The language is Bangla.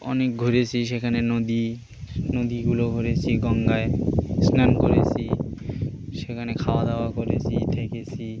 অনেক ঘরেসি সেখানে নদী নদীগুলো ঘরেছি গঙ্গায় স্নান করেছি সেখানে খাওয়া দাওয়া করেছি থেকেছি